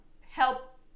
help